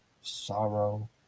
sorrow